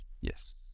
yes